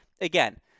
again